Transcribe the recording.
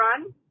run